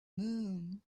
moon